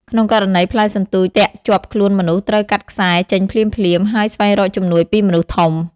ក្នុងករណីផ្លែសន្ទូចទាក់ជាប់ខ្លួនមនុស្ស ត្រូវ កាត់ខ្សែ ចេញភ្លាមៗ ហើយស្វែងរកជំនួយពីមនុស្សធំ។